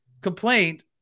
complaint